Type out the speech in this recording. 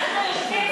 אנחנו יושבים,